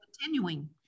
continuing